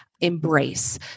embrace